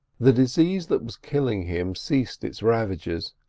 the disease that was killing him ceased its ravages,